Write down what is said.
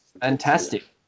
fantastic